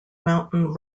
mountain